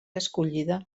escollida